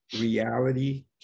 reality